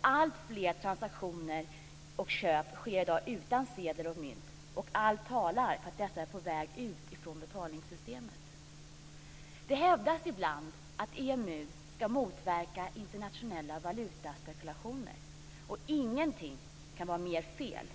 Alltfler transaktioner och köp sker i dag utan sedlar och mynt. Allt talar för att dessa är på väg ut från betalningssystemet. Det hävdas ibland att EMU ska motverka internationella valutaspekulationer. Ingenting kan vara mer fel.